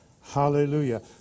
Hallelujah